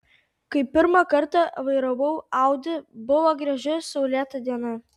kai pirmą kartą vairavau audi buvo graži saulėta diena